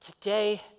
today